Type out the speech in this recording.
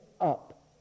up